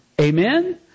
Amen